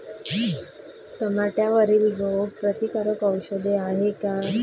टमाट्यावरील रोग प्रतीकारक औषध हाये का?